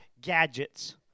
gadgets